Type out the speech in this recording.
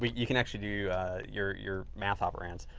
but you can actually do your, your math operands.